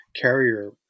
carrier